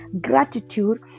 gratitude